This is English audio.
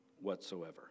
whatsoever